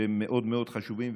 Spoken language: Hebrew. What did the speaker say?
שהם מאוד מאוד חשובים,